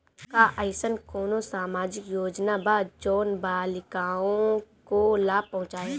का अइसन कोनो सामाजिक योजना बा जोन बालिकाओं को लाभ पहुँचाए?